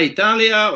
Italia